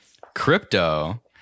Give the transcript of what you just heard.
Crypto